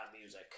music